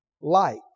light